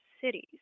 cities